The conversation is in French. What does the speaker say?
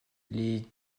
les